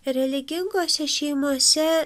religingose šeimose